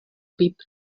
pit